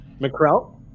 McCrell